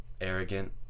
arrogant